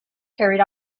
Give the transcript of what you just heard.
carried